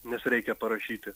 nes reikia parašyti